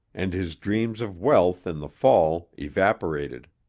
and his dreams of wealth in the fall evaporated.